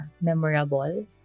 memorable